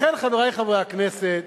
לכן, חברי חברי הכנסת,